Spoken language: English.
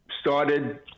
started